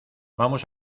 vamos